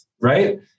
Right